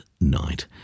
Night